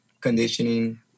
Conditioning